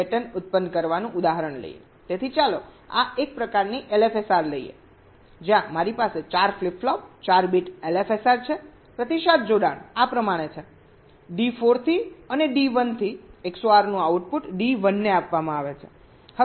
તેથી ચાલો આ 1 પ્રકાર ની LFSR લઈએ જ્યાં મારી પાસે 4 ફ્લિપ ફ્લોપ 4 બીટ LFSR છે પ્રતિસાદ જોડાણ આ પ્રમાણે છે D4 થી અને D1 થી XOR નું આઉટપુટ D1 ને આપવામાં આવે છે